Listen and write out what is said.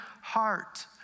heart